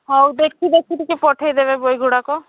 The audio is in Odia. ହଉ ଦେଖି ଦେଖିକି ଟିକେ ପଠାଇଦେବେ ବହିଗୁଡ଼ିକ